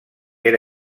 era